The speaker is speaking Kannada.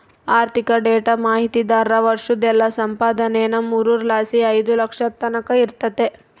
ಆರ್ಥಿಕ ಡೇಟಾ ಮಾಹಿತಿದಾರ್ರ ವರ್ಷುದ್ ಎಲ್ಲಾ ಸಂಪಾದನೇನಾ ಮೂರರ್ ಲಾಸಿ ಐದು ಲಕ್ಷದ್ ತಕನ ಇರ್ತತೆ